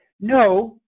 no